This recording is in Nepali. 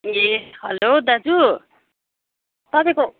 ए हेलो दाजु तपाईँको